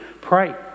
pray